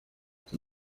iki